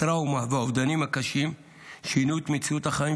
הטראומה והאובדנים הקשים שינו את מציאות החיים